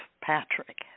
Patrick